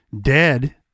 dead